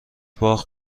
باخت